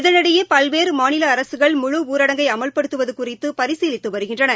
இதனிடையே பல்வேறு மாநில அரசுகள் ஊரடங்கை ழுழு அமல்படுத்துவது குறித்து பரிசீலித்து வருகின்றன